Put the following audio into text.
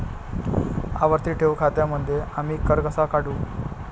आवर्ती ठेव खात्यांमध्ये आम्ही कर कसा काढू?